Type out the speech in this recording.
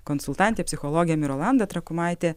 konsultantė psichologė mirolanda trakumaitė